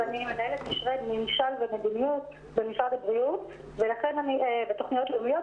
קשרי מימשל ומדיניות ותוכניות לאומיות,